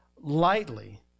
lightly